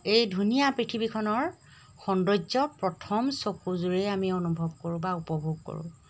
এই ধুনীয়া পৃথিৱীখনৰ সৌন্দৰ্য প্ৰথম চকুযোৰেই আমি অনুভৱ কৰোঁ বা উপভোগ কৰোঁ